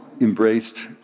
embraced